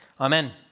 Amen